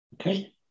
Okay